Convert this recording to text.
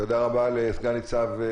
תודה רבה לסנ"צ איה גורצקי.